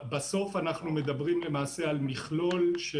בסוף, למעשה, אנחנו מדברים על מכלול של: